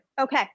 Okay